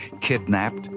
kidnapped